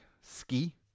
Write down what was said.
Ski